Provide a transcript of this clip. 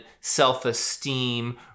self-esteem